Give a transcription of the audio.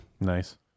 Nice